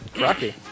Rocky